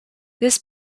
this